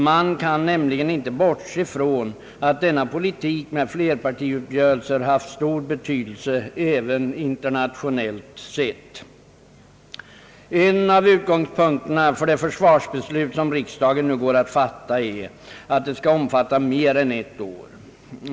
Man kan nämligen inte bortse ifrån att denna politik med flerpartiuppgörelser haft stor betydelse även internationellt sett. En av utgångspunkterna för det försvarsbeslut, som riksdagen nu går att fatta, är att det skall omfatta mer än ett år.